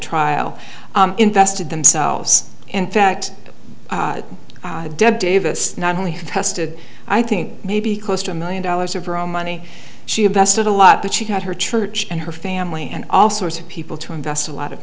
trial invested themselves in fact deb davis not only tested i think maybe close to a million dollars of her own money she invested a lot but she got her church and her family and all sorts of people to invest a lot of